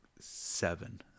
seven